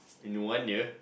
in one year